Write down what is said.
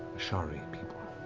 ashari people.